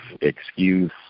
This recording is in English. excuse